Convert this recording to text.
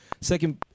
second